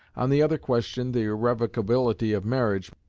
on the other question, the irrevocability of marriage,